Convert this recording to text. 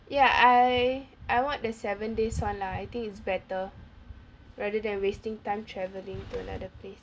ya I I want the seven days [one] lah I think it's better rather than wasting time travelling to another place